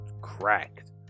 cracked